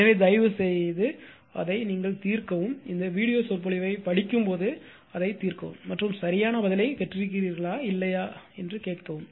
எனவே தயவுசெய்து அதைத் தீர்க்கவும் இந்த வீடியோ சொற்பொழிவைப் படிக்கும்போது அதைத் தீர்க்கவும் மற்றும் சரியான பதிலைப் பெற்றிருக்கிறீர்களா இல்லையா கேட்கவும்